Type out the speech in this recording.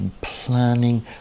planning